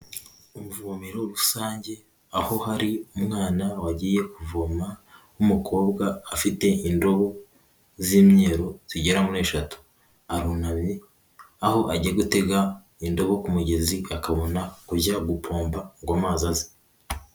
Ubuvomero rusange aho hari umwana wagiye kuvoma w'umukobwa, afite indobo z'imyeru zigera muri eshatu, arunamye aho agiye gutega indobo ku mugezi, akabona kujya gupomba ngo amazi aze.